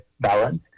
balance